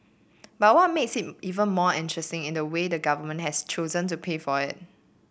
but what makes it even more interesting is the way the government has chosen to pay for it